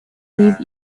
leave